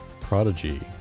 Prodigy